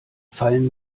fallen